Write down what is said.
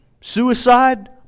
suicide